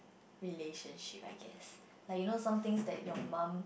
relationship I guess like you know some things that your mum